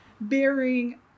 bearing